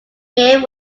mae